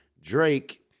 Drake